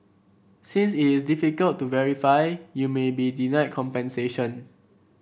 since it is difficult to verify you may be denied compensation